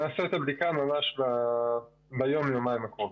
אבצע את הבדיקה היום או מחר.